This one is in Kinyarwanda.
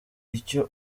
icyo